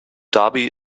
dhabi